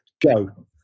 go